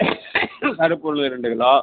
கருப்பு உளுந்து ரெண்டு கிலோ